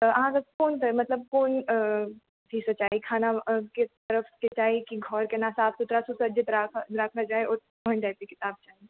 तऽ अहाँकेँ कोन चीजकेँ चाही खानाके चाही कि घर केना साफ सुथड़ा सुसज्जित राखल जाए ओहन चाही किताब